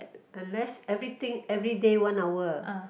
u~ unless everything everyday one hour